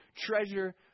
treasure